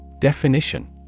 Definition